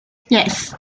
yes